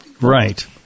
Right